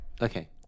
Okay